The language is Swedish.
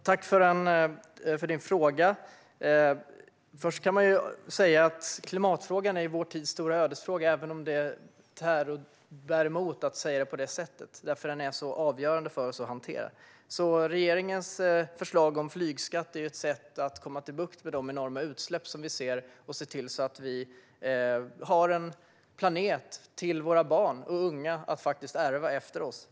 Herr talman! Tack för frågan! Först kan man säga att klimatfrågan är vår tids stora ödesfråga, även om det bär emot att säga på det sättet. Men den är ju så avgörande för oss att hantera. Regeringens förslag om flygskatt är ett sätt att få bukt med de enorma utsläpp som vi ser och se till att våra barn och unga faktiskt har en planet att ärva efter oss.